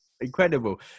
Incredible